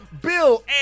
Bill